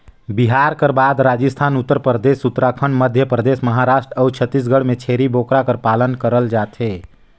बिहार कर बाद राजिस्थान, उत्तर परदेस, उत्तराखंड, मध्यपरदेस, महारास्ट अउ छत्तीसगढ़ में छेरी बोकरा कर पालन करल जाथे